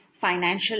financial